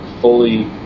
fully